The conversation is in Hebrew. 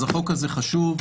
אז החוק הזה חשוב.